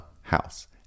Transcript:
house